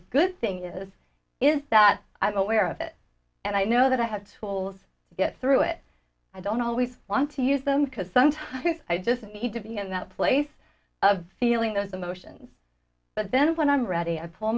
good thing is is that i'm aware of it and i know that i had holes to get through it i don't always want to use them because sometimes i just need to be in that place of feeling those emotions but then when i'm ready i pull